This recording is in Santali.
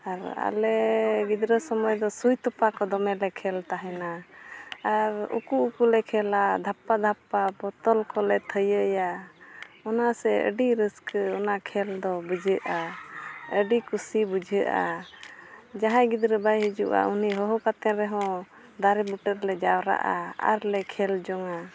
ᱟᱨ ᱟᱞᱮ ᱜᱤᱫᱽᱨᱟᱹ ᱥᱚᱢᱚᱭ ᱫᱚ ᱥᱩᱭ ᱛᱚᱯᱟ ᱠᱚ ᱫᱚᱢᱮᱞᱮ ᱠᱷᱮᱹᱞ ᱛᱟᱦᱮᱱᱟ ᱟᱨ ᱩᱠᱩ ᱩᱠᱩ ᱞᱮ ᱠᱷᱮᱹᱞᱟ ᱫᱷᱟᱯᱯᱟ ᱫᱷᱟᱯᱯᱟ ᱵᱚᱛᱚᱞ ᱠᱚᱞᱮ ᱛᱷᱟᱹᱭᱟᱹᱭᱟ ᱚᱱᱟ ᱥᱮ ᱟᱹᱰᱤ ᱨᱟᱹᱥᱠᱟᱹ ᱚᱱᱟ ᱠᱷᱮᱹᱞ ᱫᱚ ᱵᱩᱡᱷᱟᱹᱜᱼᱟ ᱟᱹᱰᱤ ᱠᱩᱥᱤ ᱵᱩᱡᱷᱟᱹᱜᱼᱟ ᱡᱟᱦᱟᱸᱭ ᱜᱤᱫᱽᱨᱟᱹ ᱵᱟᱭ ᱦᱤᱡᱩᱜᱼᱟ ᱩᱱᱤ ᱦᱚᱦᱚ ᱠᱟᱛᱮ ᱨᱮᱦᱚᱸ ᱫᱟᱨᱮ ᱵᱩᱴᱟᱹ ᱨᱮᱞᱮ ᱡᱟᱣᱨᱟᱜᱼᱟ ᱟᱨᱞᱮ ᱠᱷᱮᱹᱞ ᱡᱚᱝ ᱟ